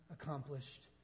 accomplished